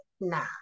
nah